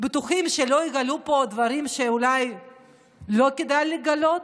בטוחים שלא יגלו פה דברים שאולי לא כדי לגלות?